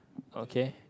okay